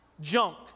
Junk